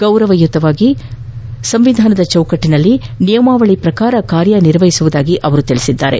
ಗೌರವಯುತವಾಗಿ ಸಂವಿಧಾನದ ಚೌಕಟ್ಟನಲ್ಲಿ ನಿಯಮಾವಳಿ ಪ್ರಕಾರ ಕಾರ್ಯ ನಿರ್ವಹಿಸುವುದಾಗಿ ಅವರು ತಿಳಿಸಿದ್ದಾರೆ